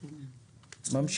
הצבעה סעיף 108 אושר ממשיכים.